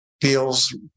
feels